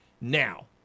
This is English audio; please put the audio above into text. Now